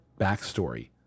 backstory